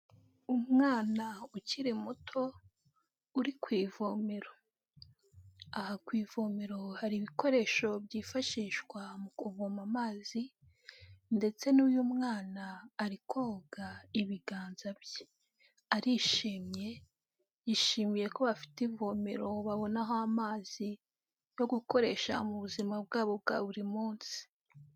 Umwana ukiri muto uri ku ivomero, aha ku ivomero hari ibikoresho byifashishwa mu kuvoma amazi ndetse n'uyu mwana ari koga ibiganza bye, arishimye, yishimiye ko bafite ivomero babonaho amazi yo gukoresha mu buzima bwabo bwa buri munsi.